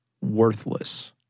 worthless